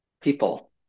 people